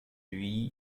lui